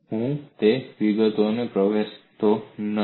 હું તે વિગતોમાં પ્રવેશતો નથી